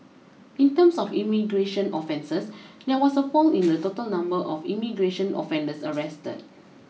in terms of immigration offences there was a fall in the total number of immigration offenders arrested